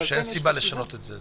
אני חושב שאין סיבה לשנות את זה.